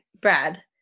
Brad